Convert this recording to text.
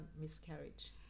miscarriage